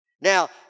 Now